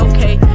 Okay